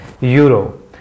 euro